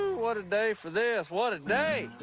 what a day for this. what a day!